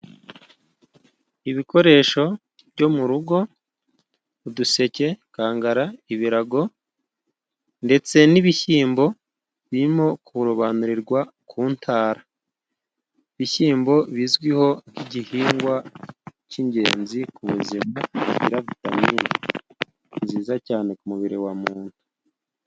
Ibikoresho byo mu rugo uduseke, inkangara, ibirago ndetse n'ibishyimbo birimo kurobanurirwa ku intara. Ibishyimbo bizwi nk'igihingwa cy'ingenzi ku buzima kigira vitamini nziza cyane ku mubiri wa muntu.